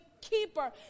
keeper